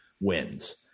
wins